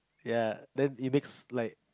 ya then it makes like